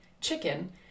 chicken